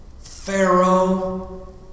Pharaoh